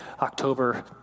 October